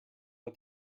but